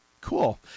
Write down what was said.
Cool